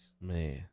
Man